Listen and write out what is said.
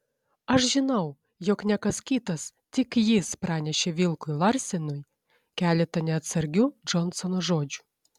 aš žinau jog ne kas kitas tik jis pranešė vilkui larsenui keletą neatsargių džonsono žodžių